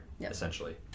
Essentially